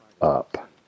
up